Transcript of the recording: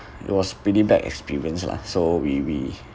it was pretty bad experience lah so we we